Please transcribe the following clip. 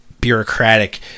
bureaucratic